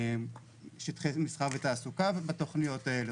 שטחי מסחר ותעסוקה בתוכניות האלה,